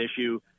issue